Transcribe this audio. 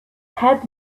had